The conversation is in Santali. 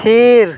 ᱛᱷᱤᱨ